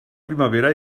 primavera